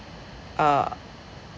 err